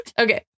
Okay